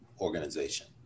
organization